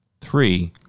Three